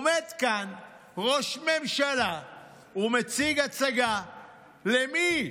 עומד כאן ראש ממשלה ומציג הצגה, למי?